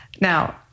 Now